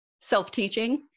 self-teaching